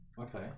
Okay